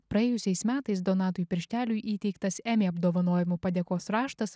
praėjusiais metais donatui piršteliui įteiktas emmy apdovanojimų padėkos raštas